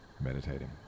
meditating